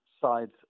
sides